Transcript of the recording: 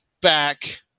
back